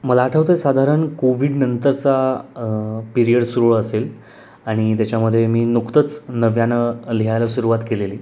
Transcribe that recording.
मला आठवतं आहे साधारण कोविडनंतरचा पिरियड सुरू असेल आणि त्याच्यामध्ये मी नुकतंच नव्यानं लिहायला सुरुवात केलेली